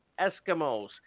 Eskimos